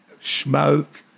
smoke